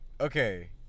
Okay